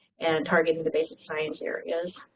and targeting the basic science areas.